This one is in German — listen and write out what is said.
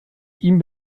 ihm